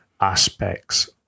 aspects